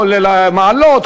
כולל מעלות,